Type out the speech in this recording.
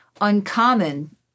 uncommon